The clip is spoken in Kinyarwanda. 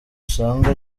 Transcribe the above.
usanga